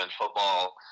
football